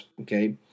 okay